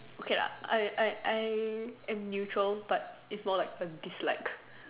okay err I I I am neutral but it's more like a dislike